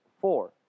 four